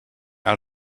out